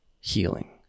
healing